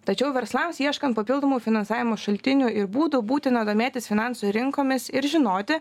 tačiau verslams ieškan papildomų finansavimo šaltinių ir būdų būtina domėtis finansų rinkomis ir žinoti